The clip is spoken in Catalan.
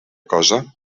cosa